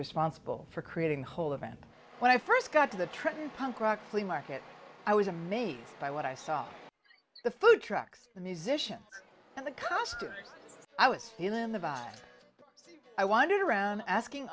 responsible for creating whole event when i first got to the trenton punk rock flea market i was amazed by what i saw the food trucks the musicians and the cast i was feelin the bar so i wandered around asking